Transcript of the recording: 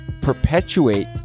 perpetuate